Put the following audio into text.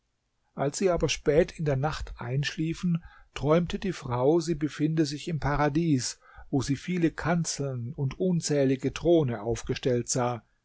als sie aber spät in der nacht einschliefen träumte die frau sie befinde sich im paradies wo sie viele kanzeln und unzählige throne aufgestellt sah